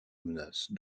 menace